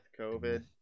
COVID